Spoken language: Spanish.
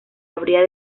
habría